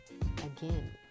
again